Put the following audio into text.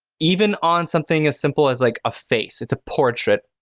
even on something as simple as like a face, it's a portrait,